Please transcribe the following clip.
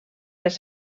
les